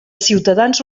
ciutadans